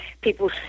people